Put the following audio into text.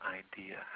idea